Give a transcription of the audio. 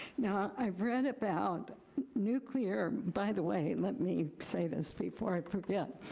now, i've read about nuclear. by the way, let me say this before i forget.